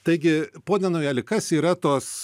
taigi pone naujali kas yra tos